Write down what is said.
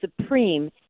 supreme